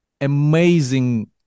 amazing